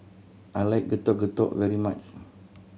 I like Getuk Getuk very much